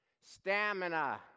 Stamina